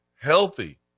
healthy